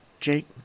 Jake